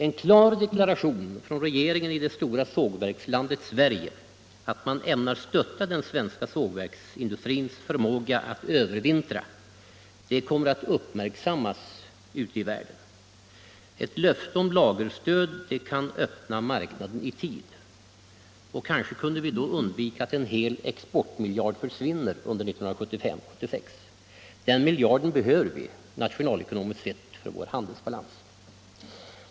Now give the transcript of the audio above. En klar deklaration från regeringen i det stora sågverkslandet Sverige att man ämnar stötta den svenska sågverksindustrins förmåga att övervintra kommer att uppmärksammas ute i världen. Ett löfte om lagerstöd kan öppna marknaden i tid. Kanske kunde vi då undvika att en hel exportmiljard försvinner under 1975. Den miljarden behöver vi, nationalekonomiskt sett, för vår handelsbalans.